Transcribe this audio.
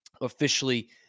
officially